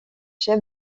chef